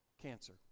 cancer